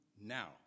now